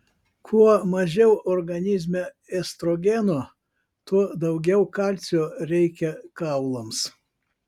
kuo mažiau organizme estrogeno tuo daugiau kalcio reikia kaulams